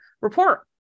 report